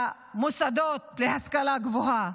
למוסדות להשכלה גבוהה.